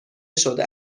شده